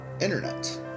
internet